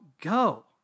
go